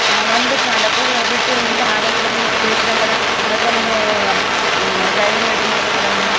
ಒಂದು ಚಾಲಕಗೆ ಬಿಟ್ಟಿಲ್ಲ ಆಗಲ್ಲೋದ್ರ ನಿಮಗೆ ತಿಳಿಸ್ಬೇಕಲ್ಲ ಮತ್ತೊಂದು ಡ್ರೈವರು ರೆಡಿ ಮಾಡ್ಬೇಕಲ್ಲ ನೀವು